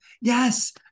yes